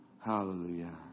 Hallelujah